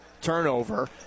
turnover